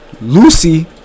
lucy